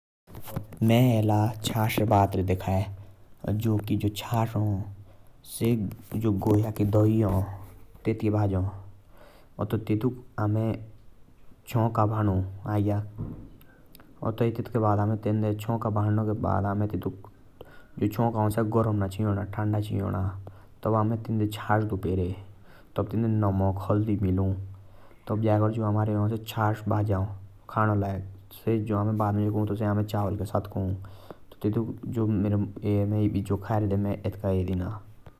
मैं आला चस रे थे खाई । जो कि गौआ के दही के भाजो तब ततुक अमे चौंका बणु तब चौंका धन्दे पोडना देना होना तब अमे तेंदे चस दु पेरे तब नमक दाऊ डाले और हल्दी।